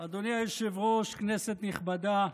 אדוני היושב-ראש, כנסת נכבדה,